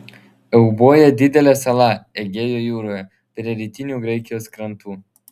euboja didelė sala egėjo jūroje prie rytinių graikijos krantų